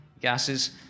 gases